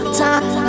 time